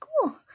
Cool